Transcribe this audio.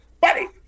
buddy